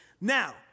now